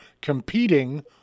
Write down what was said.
competing